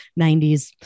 90s